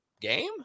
game